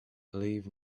leave